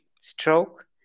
stroke